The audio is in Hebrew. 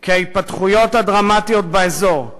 כי ההתפתחויות הדרמטיות באזור,